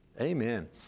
Amen